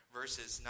verses